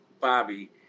Bobby